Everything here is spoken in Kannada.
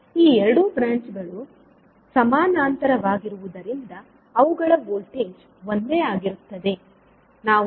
ಈ ಎರಡೂ ಬ್ರಾಂಚ್ ಗಳು ಸಮಾನಾಂತರವಾಗಿರುವುದರಿಂದ ಅವುಗಳ ವೋಲ್ಟೇಜ್ ಒಂದೇ ಆಗಿರುತ್ತದೆ